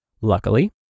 Luckily